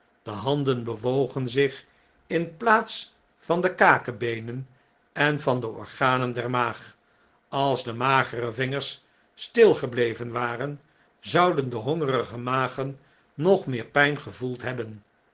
de handen bewogen zich in plaats van de kakebeenen en van de organen der maag als de magere vingers stil gebleven waren zouden de hongerige magen nog meer pyn gevoeld hebben